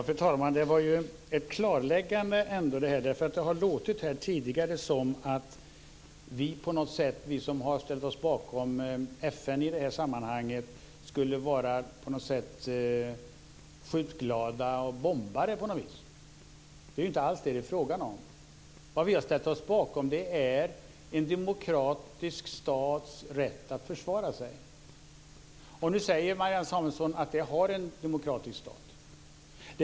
Fru talman! Det var ändå ett klarläggande. Det har tidigare låtit som om vi som har ställt oss bakom FN i det här sammanhanget på något vis skulle vara skjutglada och bombare. Det är ju inte alls det det är fråga om. Vad vi har ställt oss bakom är en demokratisk stats rätt att försvara sig. Nu säger Marianne Samuelsson att det har en demokratisk stat.